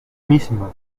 misma